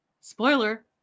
Spoiler